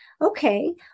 Okay